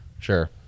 Sure